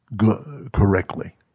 correctly